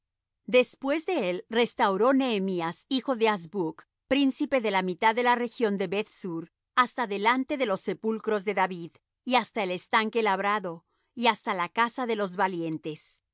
después de él restauró nehemías hijo de azbuc príncipe de la mitad de la región de beth sur hasta delante de los sepulcros de david y hasta el estanque labrado y hasta la casa de los valientes